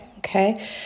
Okay